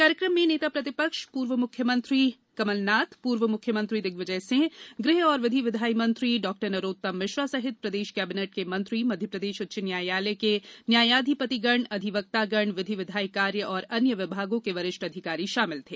कार्यक्रम में नेता प्रतिपक्ष पूर्व मुख्यमंत्री कमलनाथ पूर्व मुख्यमंत्री दिग्विजय सिंह गृह एवं विधि विघाई मंत्री डॉ नरोत्तम मिश्रा सहित प्रदेश कैबिनेट के मंत्री मध्यप्रदेश उच्च न्यायालय के न्यायाधिपतिगण अधिवक्तागण विधि विधायी कार्य एवं अन्य विभागों के वरिष्ठ अधिकारी शामिल थे